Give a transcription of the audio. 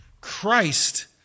Christ